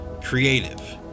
creative